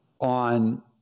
on